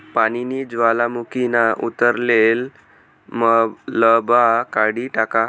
पानीनी ज्वालामुखीना उतरलेल मलबा काढी टाका